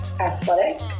athletic